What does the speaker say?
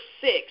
six